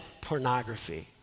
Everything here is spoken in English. pornography